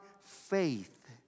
faith